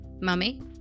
Mummy